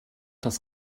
das